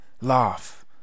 laugh